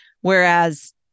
Whereas